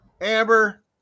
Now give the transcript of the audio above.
Amber